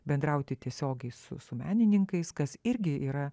bendrauti tiesiogiai su su menininkais kas irgi yra